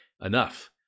enough